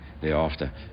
thereafter